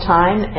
time